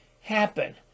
happen